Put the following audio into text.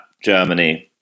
Germany